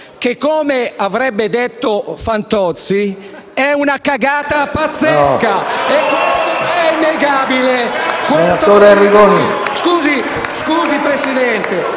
che, come avrebbe detto Fantozzi, «è una cagata pazzesca»! Equesto è innegabile*.